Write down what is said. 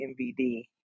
MVD